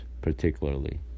particularly